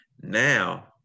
Now